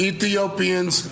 Ethiopians